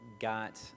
got